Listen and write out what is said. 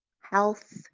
Health